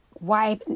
Wife